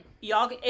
y'all